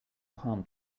harm